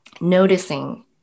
noticing